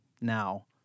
now